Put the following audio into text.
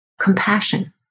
compassion